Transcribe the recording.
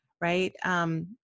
right